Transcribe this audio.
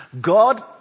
God